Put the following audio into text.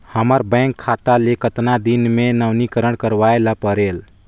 हमर बैंक खाता ले कतना दिन मे नवीनीकरण करवाय ला परेल?